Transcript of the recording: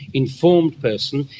informed person,